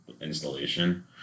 installation